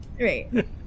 Right